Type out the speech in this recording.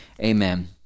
amen